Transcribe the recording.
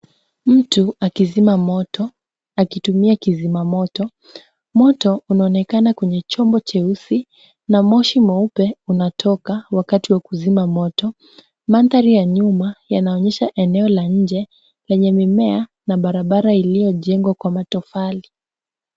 Mtu akizima moto akitumia kizima moto. Moto unaonekana kwenye chombo cheusi na moshi mweupe unatoka wakati wa kuzima moto. Mandhari ya nyuma yanaonyesha eneo la nje lenye mimea na barabara iliyojengwa kwa matofali.